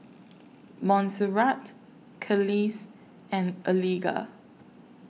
Monserrat Kelis and Eliga